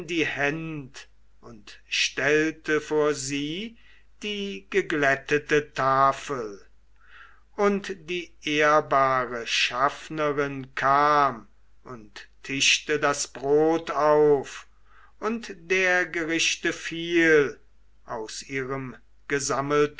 die händ und stellte vor sie die geglättete tafel und die ehrbare schaffnerin kam und tischte das brot auf und der gerichte viel aus ihrem gesammelten